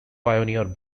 pioneer